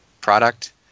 product